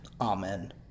Amen